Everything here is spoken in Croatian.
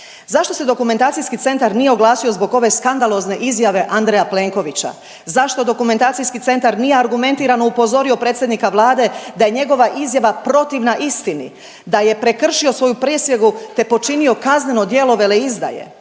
Zašto se dokumentacijski centar nije oglasio zbog ove skandalozne izjave Andreja Plenkovića, zašto dokumentacijski centar nije argumentirano upozorio predsjednika Vlade da je njegova izjava protivna istini, da je prekršio svoju prisegu te počinio kazneno djelo veleizdaje